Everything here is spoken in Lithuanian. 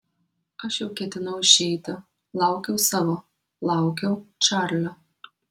aš jau ketinau išeiti laukiau savo laukiau čarlio